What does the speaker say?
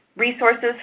Resources